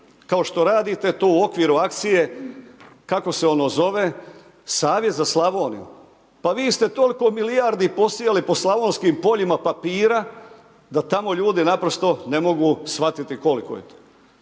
kao što radite to u okviru akcije, kako se ono zove Savjet za Slavoniju. Pa vi ste toliko milijardi posijali po slavonskim poljima papira da tamo ljudi naprosto ne mogu shvatiti koliko je to.